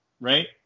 right